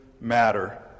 matter